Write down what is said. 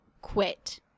quit